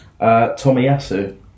Tomiyasu